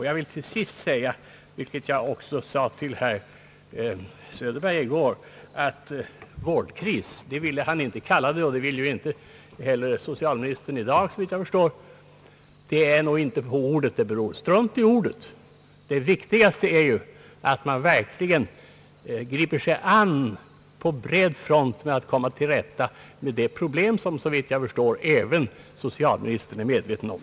Jag vill till sist understryka, vad jag också sade till herr Söderberg i går, då han inte ville använda ordet »vårdkris», vilket nog inte heller socialministern ville göra i dag, att det ju inte är på orden det beror. Strunt i orden! Det viktigaste är att man verkligen på bred front griper sig an med ett problem, som såvitt jag förstår även socialministern är medveten om.